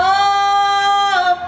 up